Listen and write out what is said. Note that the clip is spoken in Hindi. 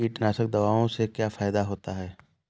कीटनाशक दवाओं से क्या फायदा होता है?